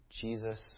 Jesus